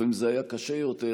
לפעמים זה היה קשה יותר,